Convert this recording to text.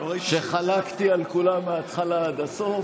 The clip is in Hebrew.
שחלקתי על כולם מהתחלה עד הסוף.